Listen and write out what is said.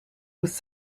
was